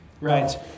Right